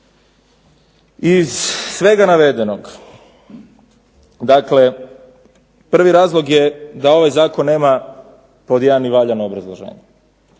Iz svega navedenog, dakle prvi razlog je da ovaj zakon nema pod jedan ni valjano obrazloženje.